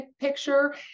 picture